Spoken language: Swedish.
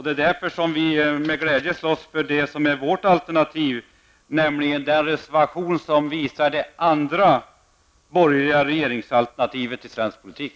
Det är också därför vi med glädje slåss för det som är vårt alternativ, nämligen den reservation som visar det andra borgerliga regeringsalternativet i svensk politik.